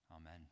amen